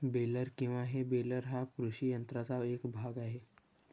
baler किंवा हे baler हा कृषी यंत्राचा एक भाग आहे